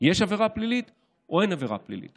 יש עבירה פלילית או אין עבירה פלילית.